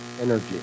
energy